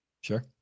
Sure